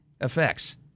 effects